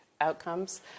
outcomes